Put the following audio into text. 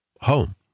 home